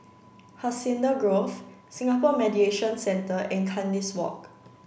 hacienda Grove Singapore Mediation Centre and Kandis Walk